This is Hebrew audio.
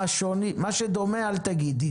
מה שדומה אל תגיד.